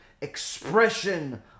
expression